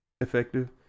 effective